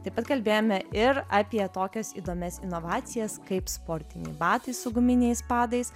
taip pat kalbėjome ir apie tokias įdomias inovacijas kaip sportiniai batai su guminiais padais